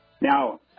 Now